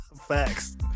Facts